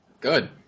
Good